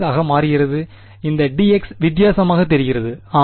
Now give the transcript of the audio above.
ஆக மாறுகிறது இந்த dx வித்தியாசமாக தெரிகிறது ஆம்